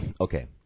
okay